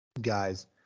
guys